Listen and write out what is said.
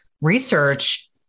research